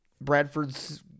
Bradford's –